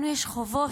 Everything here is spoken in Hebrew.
לנו יש חובות